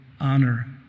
honor